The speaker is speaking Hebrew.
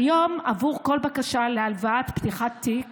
כיום, עבור כל בקשה להלוואה לפתיחת תיק